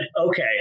okay